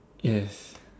yes